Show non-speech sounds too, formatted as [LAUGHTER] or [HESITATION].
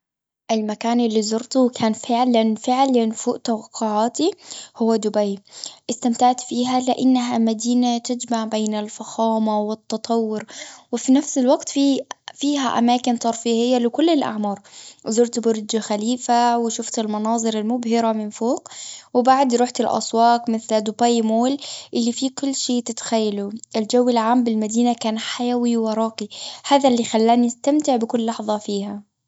المكان اللي زرته كان فعلًا فعلًا فوق توقعاتي هو دبي. إستمتعت فيها، لأنها مدينة تجمع بين الفخامة والتطور، وفي نفس الوقت في [HESITATION] فيها- أماكن ترفيهية لكل الأعمار. وزرت برج خليفة، وشفت المناظر المبهرة من فوق. وبعد رحت الأسواق مثل دبي مول، اللي في كل شي تتخيله. الجو العام بالمدينة كان حيوي وراقي، هذا اللي خلاني استمتع بكل لحظة فيها.